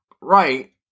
right